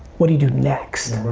what do you do next?